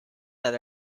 that